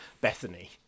Bethany